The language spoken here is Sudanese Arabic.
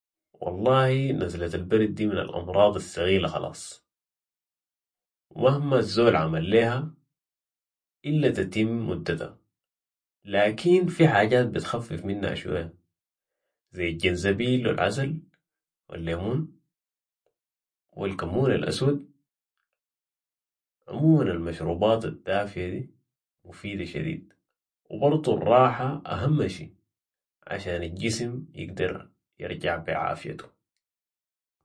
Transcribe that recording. والله نزلة البرد دي من الأمراض السغيلة خلاص و مهما الزول عمل ليها الا تتم مدتا لكن في حاجات بتخفف منها شوية ، زي الجنزبيل و العسل و الليمون و الكمون الاسود عموماً المشروبات الدافية دي مفيدة شديد و برضو الراحة اهم شي ،عشان الجسم يقدر يرجع بي عافيتو